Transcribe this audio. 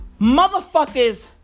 motherfuckers